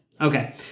Okay